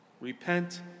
Repent